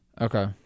Okay